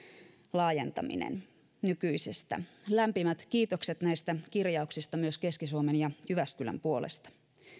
laajentaminen nykyisestä lämpimät kiitokset näistä kirjauksista myös keski suomen ja jyväskylän puolesta